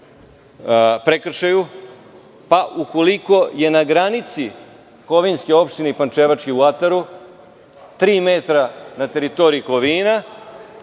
pa ukoliko je na granici kovinske opštine i pančevačke u ataru, tri metra na teritoriji Kovina